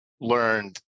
learned